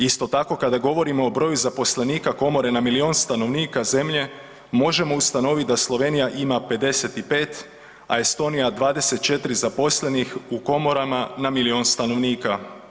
Isto tako, kada govorimo o broju zaposlenika komore na milijun stanovnika zemlje možemo ustanoviti da Slovenija ima 55, a Estonija 24 zaposlenih u komorama na milijun stanovnika.